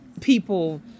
people